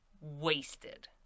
wasted